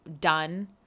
done